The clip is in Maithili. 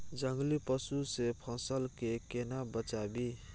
जंगली पसु से फसल के केना बचावी?